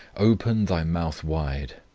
open thy mouth wide.